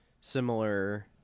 similar